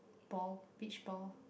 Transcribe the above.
ball pitch ball